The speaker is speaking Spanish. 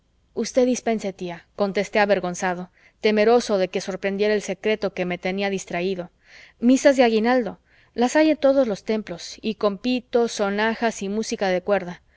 usted dispense tía contesté avergonzado temeroso de que sorprendiera el secreto que me tenía distraído misas de aguinaldo las hay en todos los templos y con pitos sonajas y música de cuerda